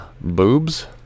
Boobs